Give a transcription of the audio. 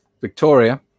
Victoria